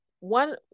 one